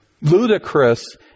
ludicrous